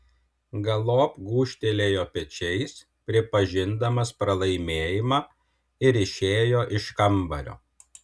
galop gūžtelėjo pečiais pripažindamas pralaimėjimą ir išėjo iš kambario